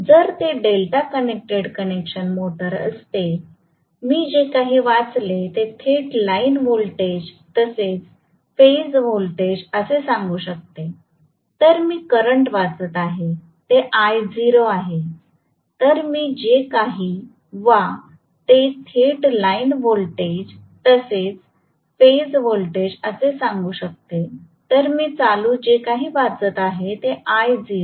जर ते delta connected induction motor असते मी जे काही वाचले ते थेट लाईन व्होल्टेज तसेच फेज व्होल्टेज असे सांगू शकते तर मी करंट वाचत आहे ते I0 आहे तर मी जे काही वा ते थेट लाईन व्होल्टेज तसेच फेज व्होल्टेज असे सांगू शकते तर मी चालू जे काही वाचत आहे ते I0